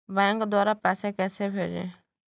Bank द्वारा पैसे कैसे भेजें?